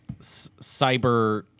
cyber